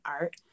art